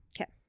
okay